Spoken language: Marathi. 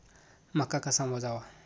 मका कसा मोजावा?